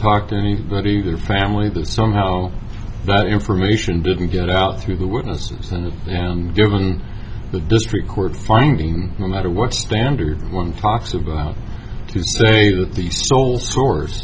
talk to anybody their family that somehow that information didn't get out through the witnesses and then given the district court finding no matter what standard one talks about to say that the sole source